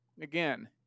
again